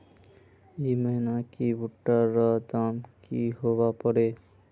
ई महीना की भुट्टा र दाम की होबे परे?